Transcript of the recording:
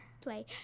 Play